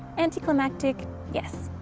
anticlimactic, yes.